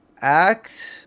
Act